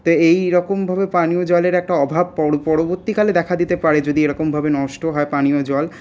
তো এইরকমভাবে পানীয় জলের একটা অভাব পরবর্তীকালে দেখা দিতে পারে যদি এরকমভাবে নষ্ট হয় পানীয় জল